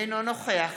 אינו נוכח